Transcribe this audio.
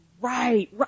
right